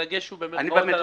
במירכאות?